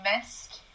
missed